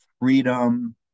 freedom